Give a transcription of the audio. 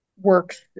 works